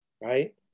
right